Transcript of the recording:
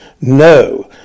no